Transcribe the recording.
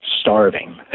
starving